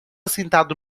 sentado